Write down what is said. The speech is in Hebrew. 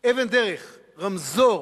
אבן דרך, רמזור